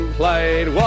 played